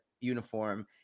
uniform